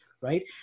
right